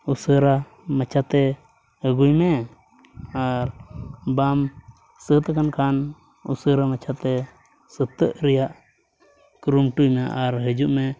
ᱩᱥᱟᱹᱨᱟ ᱢᱟᱪᱷᱟᱛᱮ ᱟᱹᱜᱩᱭ ᱢᱮ ᱟᱨ ᱵᱟᱢ ᱥᱟᱹᱛ ᱟᱠᱟᱱ ᱠᱷᱟᱱ ᱩᱥᱟᱹᱨᱟ ᱢᱟᱪᱷᱟᱛᱮ ᱥᱟᱹᱛᱟᱹᱜ ᱨᱮᱭᱟᱜ ᱠᱩᱨᱩᱢᱩᱴᱩᱭ ᱢᱮ ᱟᱨ ᱦᱤᱡᱩᱜ ᱢᱮ